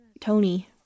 Tony